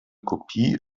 kopie